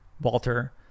Walter